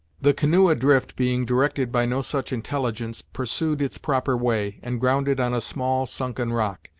the canoe adrift being directed by no such intelligence, pursued its proper way, and grounded on a small sunken rock,